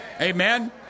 Amen